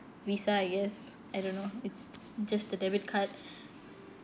Visa I guess I don't know it's just the debit card